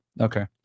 Okay